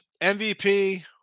MVP